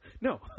No